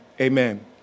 Amen